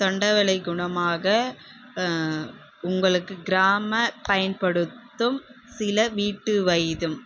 தொண்டைவலி குணமாக உங்களுக்கு கிராம பயன்படுத்தும் சில வீட்டு வைத்தியம்